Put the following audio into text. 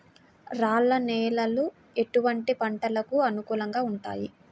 రాళ్ల నేలలు ఎటువంటి పంటలకు అనుకూలంగా ఉంటాయి?